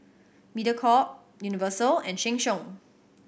Mediacorp Universal and Sheng Siong